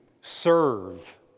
serve